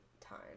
time